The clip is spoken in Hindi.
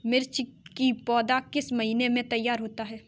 मिर्च की पौधा किस महीने में तैयार होता है?